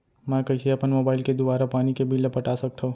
मैं कइसे अपन मोबाइल के दुवारा पानी के बिल ल पटा सकथव?